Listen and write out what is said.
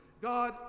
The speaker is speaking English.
God